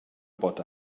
pot